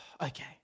Okay